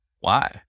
Why